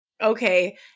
okay